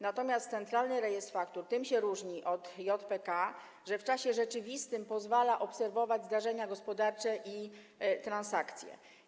Natomiast centralny rejestr faktur tym się różni od JPK, że w czasie rzeczywistym pozwala obserwować zdarzenia gospodarcze i transakcje.